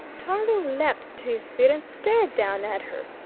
tarling leaped to his feet and stared down at her.